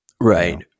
Right